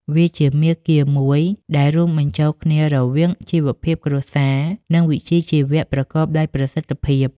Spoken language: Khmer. វាជាមាគ៌ាមួយដែលរួមបញ្ចូលគ្នារវាងជីវភាពគ្រួសារ និងវិជ្ជាជីវៈប្រកបដោយប្រសិទ្ធភាព។